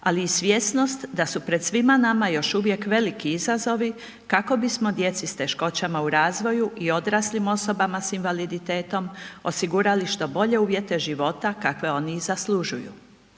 ali i svjesnost da su pred svima nama još uvijek veliki izazovi kako bismo djeci s teškoćama u razvoju i odraslim osobama s invaliditetom osigurali što bolje uvjete života kakve oni i zaslužuju.